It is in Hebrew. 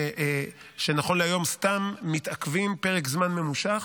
שנכון להיום סתם מתעכבים פרק זמן ממושך.